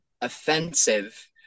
offensive